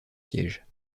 siège